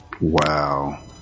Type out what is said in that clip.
Wow